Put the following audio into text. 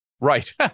Right